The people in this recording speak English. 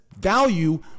value